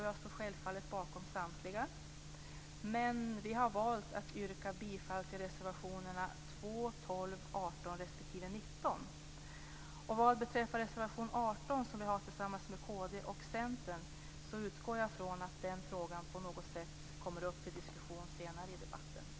Jag står självfallet bakom samtliga reservationer. Men vi har valt att yrka bifall till reservationerna 2, 12, 18 respektive 19. Jag utgår från att reservation 18, som vi har tillsammans med kd och Centern, kommer upp till diskussion senare i debatten.